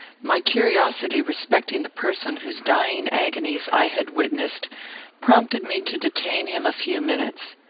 my curiosity respecting the person whose dying agonies i had witnessed prompted me to detain him a few minutes.